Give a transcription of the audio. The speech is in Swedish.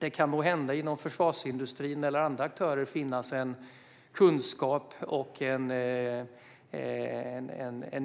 Det kan inom försvarsindustrin eller hos andra aktörer måhända finnas en kunskap och en